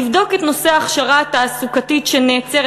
לבדוק את נושא ההכשרה התעסוקתית שנעצרת,